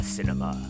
Cinema